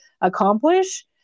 accomplish